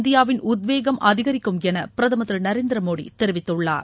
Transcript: இந்தியாவின் உத்தேவகம் அதிகரிக்கும் என பிரதமர் திரு நரேந்திர மோடி தெரிவித்துள்ளார்